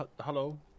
Hello